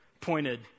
pointed